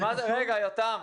רגע יותם.